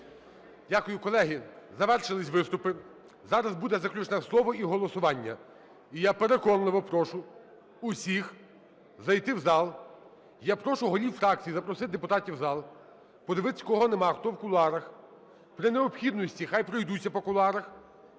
Дякую. Колеги, завершились виступи. Зараз буде заключне слово і голосування. І я переконливо прошу усіх зайти в зал. Я прошу голів фракцій запросити депутатів в зал, подивитись, кого нема, хто в кулуарах, при необхідності, хай пройдуться по кулуарах.